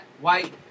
white